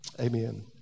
Amen